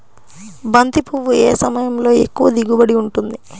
బంతి పువ్వు ఏ సమయంలో ఎక్కువ దిగుబడి ఉంటుంది?